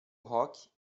rock